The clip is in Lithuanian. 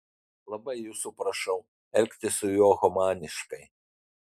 labai jūsų prašau elgtis su juo humaniškai